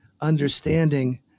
understanding